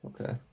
Okay